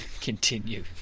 Continue